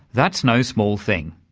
that's no small thing.